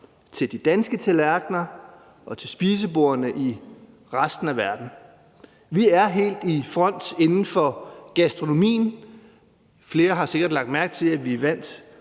til de danske tallerkener og til spisebordene i resten af verden. Vi er helt i front inden for gastronomien. Flere har sikkert lagt mærke til, at vi vandt